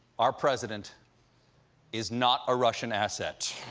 our president is not a russian asset.